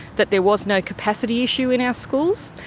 that there was no capacity issue in our schools.